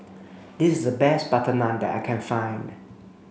this is the best butter naan that I can find